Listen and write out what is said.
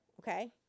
Okay